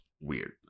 weird